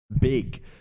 Big